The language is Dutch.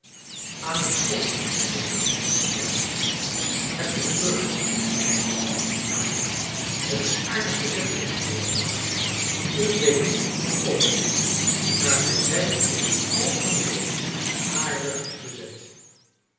aan het slot mijnheer ja mijnheer heb t druk john ja mijnheer t is aardig bezet tegenwoordig ik weet niet hoe het komt maar wij zijn in het algemeen aardig bezet